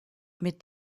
mit